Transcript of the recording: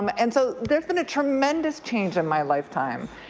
um and so there's been a tremendous change in my lifetime.